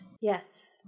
Yes